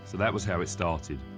that was how it started.